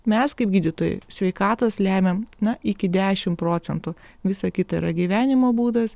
mes kaip gydytojai sveikatos lemiam na iki dešimt procentų visa kita yra gyvenimo būdas